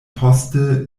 poste